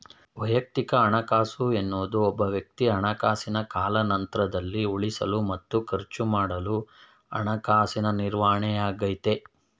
ವೈಯಕ್ತಿಕ ಹಣಕಾಸು ಎನ್ನುವುದು ಒಬ್ಬವ್ಯಕ್ತಿ ಹಣಕಾಸಿನ ಕಾಲಾನಂತ್ರದಲ್ಲಿ ಉಳಿಸಲು ಮತ್ತು ಖರ್ಚುಮಾಡಲು ಹಣಕಾಸಿನ ನಿರ್ವಹಣೆಯಾಗೈತೆ